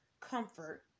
comfort